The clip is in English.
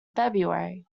february